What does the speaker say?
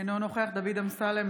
אינו נוכח דוד אמסלם,